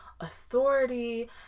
authority